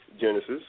Genesis